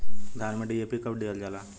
धान में डी.ए.पी कब दिहल जाला?